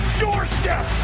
doorstep